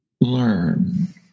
learn